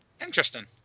Interesting